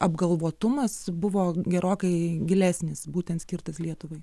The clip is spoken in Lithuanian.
apgalvotumas buvo gerokai gilesnis būtent skirtas lietuvai